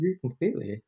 completely